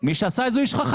מי שעשה את זה הוא איש חכם,